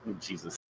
Jesus